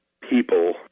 people